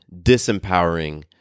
disempowering